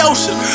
Ocean